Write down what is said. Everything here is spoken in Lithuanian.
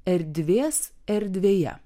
erdvės erdvėje